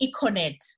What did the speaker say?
Econet